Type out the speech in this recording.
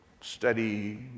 study